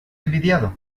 envidiado